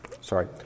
sorry